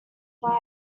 why